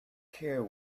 care